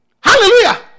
Hallelujah